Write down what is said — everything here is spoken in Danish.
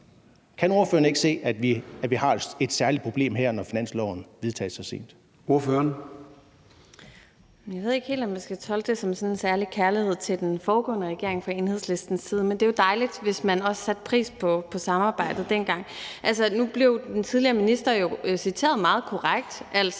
Formanden (Søren Gade): Ordføreren. Kl. 11:18 Lea Wermelin (S): Jeg ved ikke helt, om jeg skal tolke det som sådan en særlig kærlighed til den foregående regering fra Enhedslistens side. Men det er jo dejligt, hvis man også satte pris på samarbejdet dengang. Altså, nu blev den tidligere minister jo citeret meget korrekt,